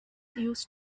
used